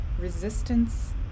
resistance